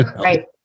Right